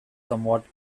somewhat